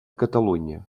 catalunya